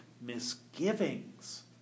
misgivings